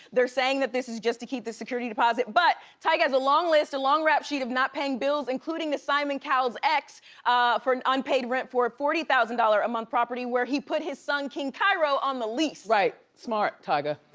they're saying that this is just to keep the security deposit. but tiger has a long list, a long rap sheet of not paying bills including the simon cowell's ex for an unpaid rent for forty thousand dollars a month property where he put his son king cairo on the lease. right, smart tiger.